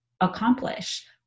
accomplish